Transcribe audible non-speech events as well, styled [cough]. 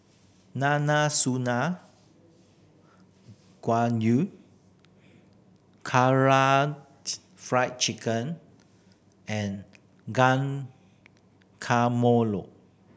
[unintelligible] Gayu Karaage Fried Chicken and Guacamole